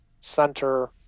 center